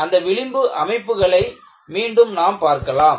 அந்த விளிம்பு அமைப்புகளை மீண்டும் நாம் பார்க்கலாம்